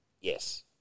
Yes